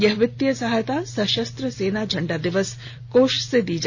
यह वित्तीय सहायता सशस्त्र सेना झंडा दिवस कोष से दी जाती है